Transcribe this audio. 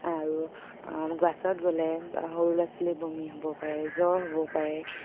আৰু বাছত গ'লে সৰু ল'ৰা ছোৱালীৰ বমি হ'ব পাৰে জ্বৰ হ'ব পাৰে